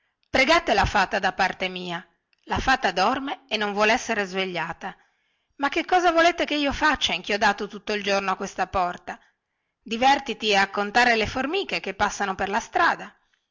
pregate la fata da parte mia la fata dorme e non vuol essere svegliata ma che cosa volete che io faccia inchiodato tutto il giorno a questa porta divèrtiti a contare le formicole che passano per la strada